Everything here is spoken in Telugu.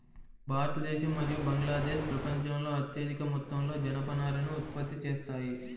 భారతదేశం మరియు బంగ్లాదేశ్ ప్రపంచంలో అత్యధిక మొత్తంలో జనపనారను ఉత్పత్తి చేస్తాయి